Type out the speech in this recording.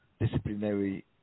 disciplinary